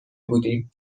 بودیم